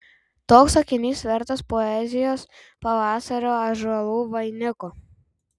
toks sakinys vertas poezijos pavasario ąžuolų vainiko